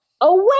away